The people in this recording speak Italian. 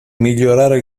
migliorare